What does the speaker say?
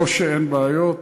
לא שאין בעיות,